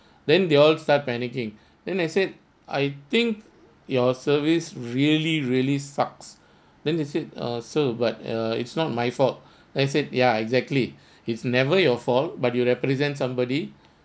then they all start panicking then I said I think your service really really sucks then they said uh sir but err it's not my fault then I said ya exactly it's never your fault but you represent somebody